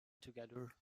together